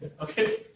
Okay